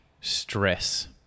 stress